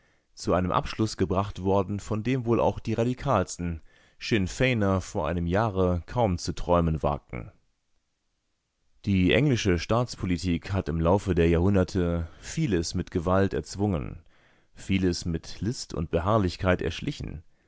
zu einem abschluß gebracht worden von dem wohl auch die radikalsten sinnfeiner vor einem jahre kaum zu träumen wagten die englische staatspolitik hat im laufe der jahrhunderte vieles mit gewalt erzwungen vieles mit list und beharrlichkeit erschlichen